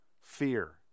fear